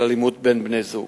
אלימות בין בני-זוג.